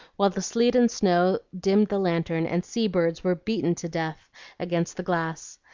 while the sleet and snow dimmed the lantern, and sea-birds were beaten to death against the glass.